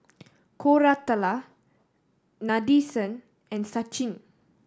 Koratala Nadesan and Sachin